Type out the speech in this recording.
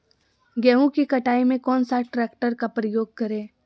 गेंहू की कटाई में कौन सा ट्रैक्टर का प्रयोग करें?